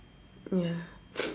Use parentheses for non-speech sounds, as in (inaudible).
ya (noise)